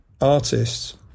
artists